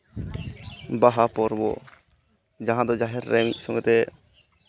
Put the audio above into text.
ᱵᱟᱦᱟ ᱯᱚᱨᱵᱚ ᱡᱟᱦᱟᱸ ᱫᱚ ᱡᱟᱦᱮᱨ ᱨᱮ ᱢᱤᱫ ᱥᱚᱝᱜᱮ ᱛᱮ